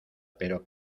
pero